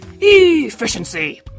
Efficiency